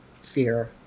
fear